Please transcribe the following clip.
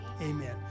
Amen